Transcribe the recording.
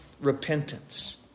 repentance